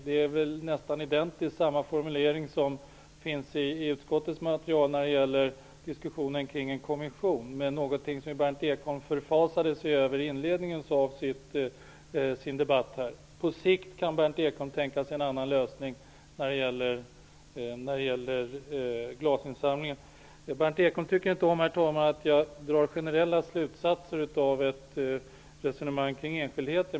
Det är nästan identiskt samma formulering som finns i utskottets skrivning när det gäller diskussionen kring en kommission, som Berndt Ekholm förfasade sig över i inledningen av debatten. ''På sikt'' kan Berndt Ekholm alltså tänka sig en annan lösning när det gäller glasinsamlingen. Berndt Ekholm tycker inte om att jag drar generella slutsatser av ett resonemang kring enskildheter.